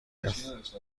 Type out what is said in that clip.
است